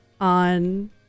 on